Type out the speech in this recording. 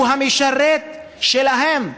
הוא המשרת שלהם.